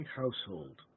household